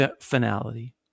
finality